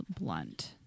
Blunt